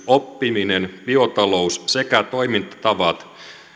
oppimisen biotalouden sekä toimintatavat